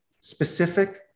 specific